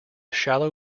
shallow